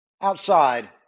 outside